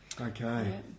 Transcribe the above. Okay